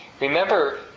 Remember